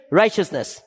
righteousness